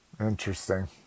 Interesting